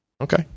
Okay